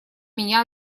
меня